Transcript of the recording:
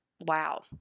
Wow